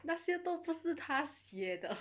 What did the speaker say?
那些都不是他写的